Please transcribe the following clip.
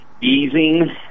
easing